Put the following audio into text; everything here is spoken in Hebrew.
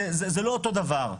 זה לא אותו דבר.